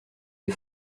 des